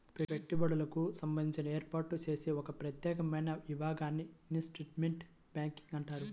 పెట్టుబడులకు సంబంధించి ఏర్పాటు చేసే ఒక ప్రత్యేకమైన విభాగాన్ని ఇన్వెస్ట్మెంట్ బ్యాంకింగ్ అంటారు